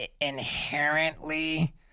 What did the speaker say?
inherently